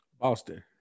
Boston